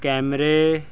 ਕੈਮਰੇ